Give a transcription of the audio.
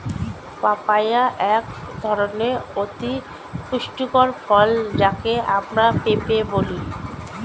papaya এক ধরনের অতি পুষ্টিকর ফল যাকে আমরা পেঁপে বলি